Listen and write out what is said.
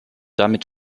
damit